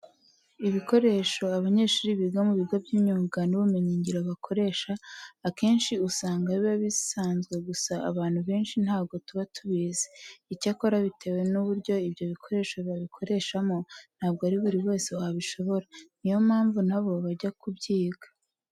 Ibikoresho abanyeshuri biga mu bigo by'imyuga n'ubumenyingiro bakoresha, akenshi usanga biba bisanzwe gusa abantu benshi ntabwo tuba tubizi. Icyakora bitewe n'uburyo ibyo bikoresho babikoreshamo ntabwo ari buri wese wabishobora. Ni yo mpamvu na bo bajya kubyiga.